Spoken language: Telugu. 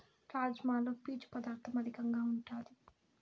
రాజ్మాలో పీచు పదార్ధం అధికంగా ఉంటాది